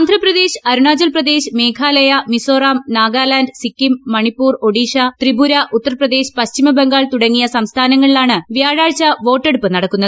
ആന്ധ്രാപ്രദേശ് അരുണാചൽ പ്രദേശ് മേഘാലയ മിസോറം നാഗാലാന്റ് സിക്കിം മണിപ്പൂർ ഒഡീഷ ത്രിപുര ഉത്തർപ്രദേശ് പശ്ചിമബംഗാൾ തുടങ്ങിയ സംസ്ഥാനങ്ങളിലാണ് വൃഴാഴ്ച വോട്ടെടുപ്പ് നടക്കുന്നത്